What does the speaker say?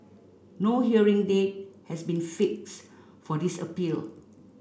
no hearing date has been fix for this appeal